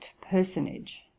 personage